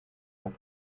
but